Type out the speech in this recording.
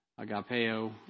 agapeo